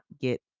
get